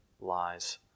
lies